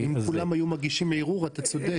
אם כולם היו מגישים ערעור, אתה צודק.